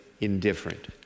indifferent